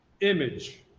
image